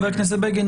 חבר הכנסת בגין,